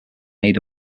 made